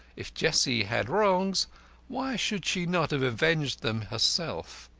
if jessie had wrongs why should she not have avenged them herself?